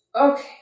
Okay